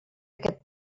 aquest